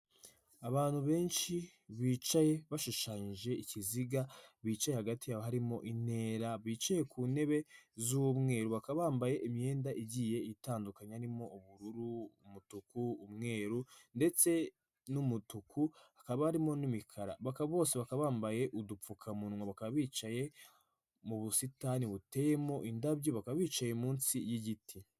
Abantu benshi bicaye bashushanyije ikiziga, bicaye hagati yabo harimo intera, bicaye ku ntebe z'umweru bakaba bambaye imyenda igiye itandukanye harimo: ubururu, umutuku, umweru ndetse n'umutuku, hakaba harimo n'imikara, bose bakaba bambaye udupfukamunwa, bakaba bicaye mu busitani buteyemo indabyo, bakaba bicaye munsi y'igiti